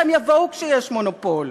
איך הם יבואו כשיש מונופול?